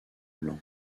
blanc